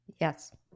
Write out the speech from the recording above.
Yes